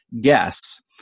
guess